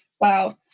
Wow